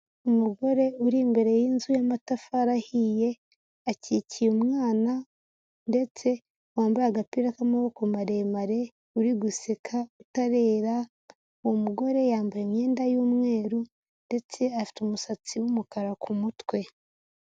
Umugore uri imbere y'inzu y'amatafari ahiye, akikiye umwana ndetse wambaye agapira k'amaboko maremare, uri guseka, utarera, uwo mugore yambaye imyenda y'umweru ndetse afite umusatsi w'umukara ku mutwe.